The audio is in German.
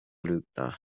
lügner